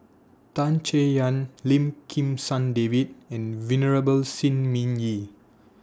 Tan Chay Yan Lim Kim San David and Venerable Shi Ming Yi